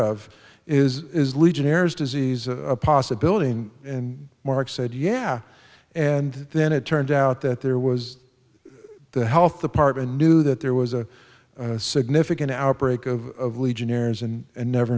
is it is legionnaires disease a possibility and mark said yeah and then it turned out that there was the health department knew that there was a significant outbreak of legionnaires and never